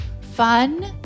fun